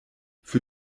für